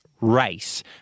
race